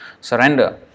surrender